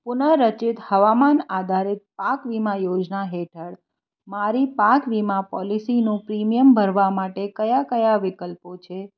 પુનઃરચિત હવામાન આધારિત પાક વીમા યોજના હેઠળ મારી પાક વીમા પોલિસીનું પ્રીમિયમ ભરવા માટે કયા કયા વિકલ્પો છે